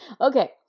okay